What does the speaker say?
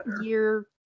year